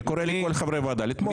אני קורא לכל חברי הוועדה לתמוך.